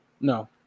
No